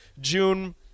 June